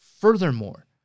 Furthermore